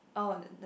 oh the the